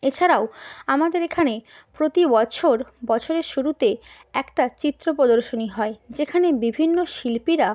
এছাড়াও আমাদের এখানে প্রতি বছর বছরের শুরুতে একটা চিত্র প্রদশর্নী হয় যেখানে বিভিন্ন শিল্পীরা